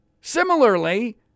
Similarly